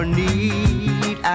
need